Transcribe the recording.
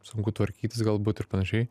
sunku tvarkytis galbūt ir panašiai